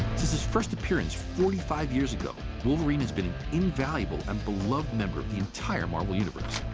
since his first appearance forty five years ago, wolverine has been an invaluable and beloved member of the entire marvel universe.